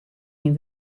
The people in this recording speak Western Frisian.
myn